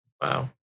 Wow